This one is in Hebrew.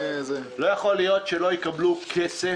לא יכול להיות שאנשים לא יקבלו כסף,